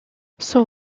son